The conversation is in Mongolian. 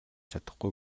чадахгүй